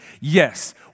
Yes